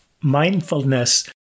mindfulness